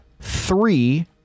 three